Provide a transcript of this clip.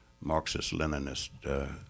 Marxist-Leninist